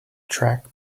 track